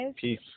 Peace